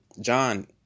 John